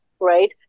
right